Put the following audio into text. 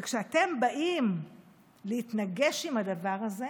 כשאתם באים להתנגש בדבר הזה